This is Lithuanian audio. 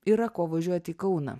yra ko važiuoti į kauną